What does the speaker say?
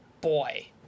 boy